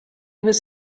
was